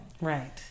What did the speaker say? right